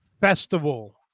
festival